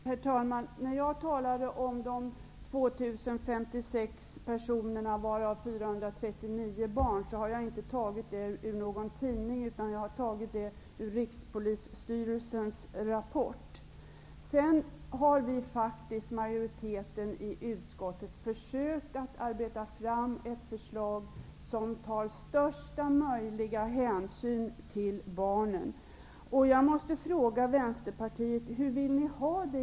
Herr talman! De uppgifter jag talade om -- de 2 056 personerna, varav 439 är barn -- är inte tagna från någon tidning utan från Rikspolisstyrelsens rapport. Majoriteten i utskottet har försökt att arbeta fram ett förslag som tar största möjliga hänsyn till barnen. Hur vill ni i Vänsterpartiet egentligen ha det?